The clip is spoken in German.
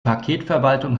paketverwaltung